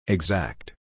Exact